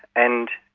and